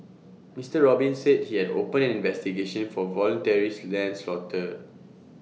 Mister Robin said he had opened an investigation for voluntary lens laughter